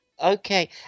Okay